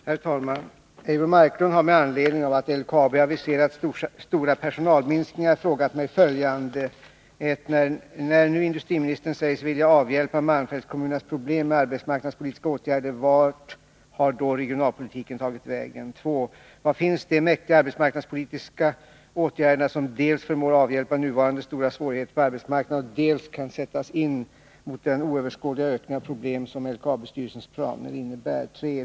Herr talman! Eivor Marklund har med anledning av att LKAB aviserat stora personalminskningar frågat mig följande: 1. När nu industriministern säger sig vilja avhjälpa malmfältskommunernas problem med arbetsmarknadspolitiska åtgärder — vart har då regionalpolitiken tagit vägen? 2. Var finns de mäktiga arbetsmarknadspolitiska åtgärder som dels förmår avhjälpa nuvarande stora svårigheter på arbetsmarknaden, dels kan 106 sättas in mot den oöverskådliga ökning av problemen som LKAB-styrelsens planer innebär? 3.